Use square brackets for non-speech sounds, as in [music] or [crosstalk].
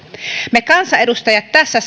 me kansanedustajat tässä [unintelligible]